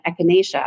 echinacea